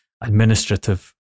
administrative